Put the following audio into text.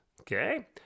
Okay